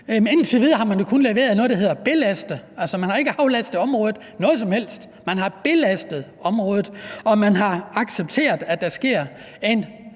indtil videre har man jo kun leveret det, der hedder at belaste – man har ikke aflastet området i noget som helst omfang; man har belastet området, og man har accepteret, at der i